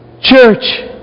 Church